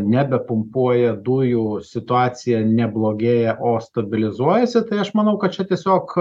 nebepumpuoja dujų situacija neblogėja o stabilizuojasi tai aš manau kad čia tiesiog